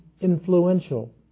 influential